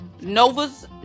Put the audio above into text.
Nova's